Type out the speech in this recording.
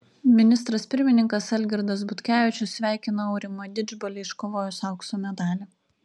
ministras pirmininkas algirdas butkevičius sveikina aurimą didžbalį iškovojus aukso medalį